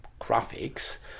graphics